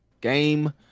Game